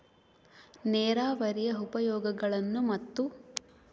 ನೇರಾವರಿಯ ಉಪಯೋಗಗಳನ್ನು ಮತ್ತು?